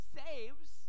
saves